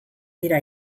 dira